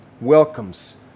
welcomes